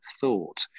thought